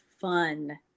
fun